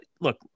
look